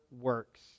works